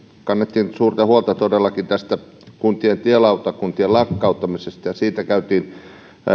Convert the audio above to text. kannettiin suurta huolta todellakin kuntien tielautakuntien lakkauttamisesta ja siitä käytiin